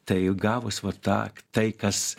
tai gavus vat tą tai kas